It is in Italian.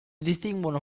distinguono